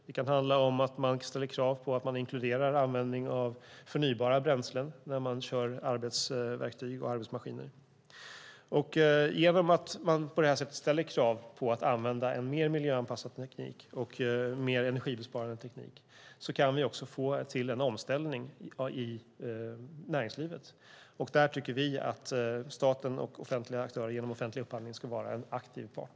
Det kan handla om att man ställer krav på att man inkluderar användning av förnybara bränslen när man kör arbetsverktyg och arbetsmaskiner. Genom att man på det här sättet ställer krav på att använda en mer miljöanpassad och energibesparande teknik kan vi också få till en omställning i näringslivet. Där tycker vi att staten och offentliga aktörer genom offentlig upphandling ska vara en aktiv part.